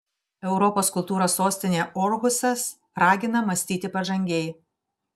europos kultūros sostinė orhusas ragina mąstyti pažangiai